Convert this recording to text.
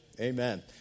Amen